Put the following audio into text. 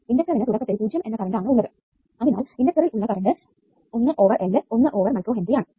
ഇൻഡക്ടറിനു തുടക്കത്തിൽ പൂജ്യം എന്ന കറണ്ട് ആണ് ഉള്ളത് അതിനാൽ ഇൻഡക്ടറിൽ ഉള്ള current 1 over L 1 over 1 micro henry ആണ്